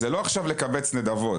זה לא עכשיו לקבץ נדבות.